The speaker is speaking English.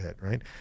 right